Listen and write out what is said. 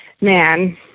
man